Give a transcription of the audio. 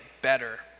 better